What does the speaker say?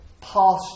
past